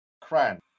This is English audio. Cran